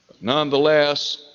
Nonetheless